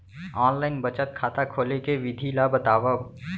Online बचत खाता खोले के विधि ला बतावव?